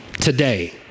today